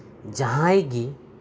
ᱡᱟᱸᱦᱟᱭ ᱜᱮ